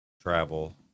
travel